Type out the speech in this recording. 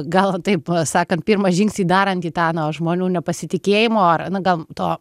gal taip sakant pirmą žingsnį darant į tą na žmonių nepasitikėjimo ar na gal to